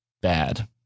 bad